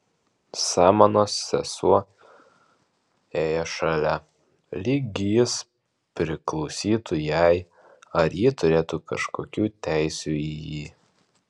samanos sesuo ėjo šalia lyg jis priklausytų jai ar ji turėtų kažkokių teisių į jį